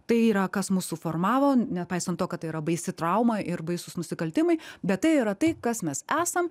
tai yra kas mus suformavo nepaisant to kad tai yra baisi trauma ir baisūs nusikaltimai bet tai yra tai kas mes esam